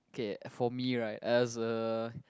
okay for me right as a